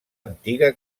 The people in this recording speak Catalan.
antiga